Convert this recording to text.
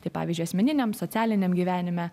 tai pavyzdžiui asmeniniam socialiniam gyvenime